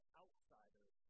outsiders